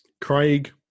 Craig